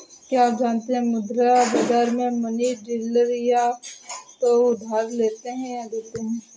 क्या आप जानते है मुद्रा बाज़ार में मनी डीलर या तो उधार लेते या देते है?